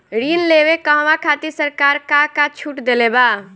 ऋण लेवे कहवा खातिर सरकार का का छूट देले बा?